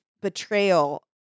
betrayal